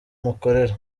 mukorera